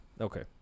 Okay